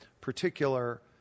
particular